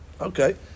Okay